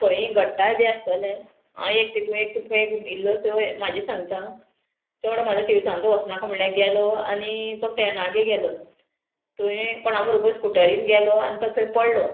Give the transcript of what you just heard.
पयलीं घडटालें बी आसतलें हांव एक तितू एक इल्लोसो म्हाजें सांगता चलो म्हाजो तिनसांज वचनाका म्हणल्यार गेलो आनी तो फ्रेंडागेर गेलो थंय कोणा बरोबर स्कुटरीन गेलो आनी तो थंय पडलो